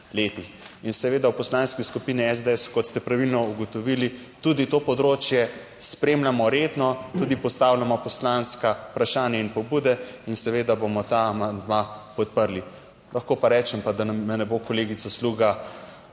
in seveda, v Poslanski skupini SDS, kot ste pravilno ugotovili tudi to področje spremljamo redno, tudi postavljamo poslanska vprašanja in pobude in seveda bomo ta amandma podprli. Lahko pa rečem, pa da me ne bo, kolegica Sluga,